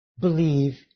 believe